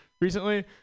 recently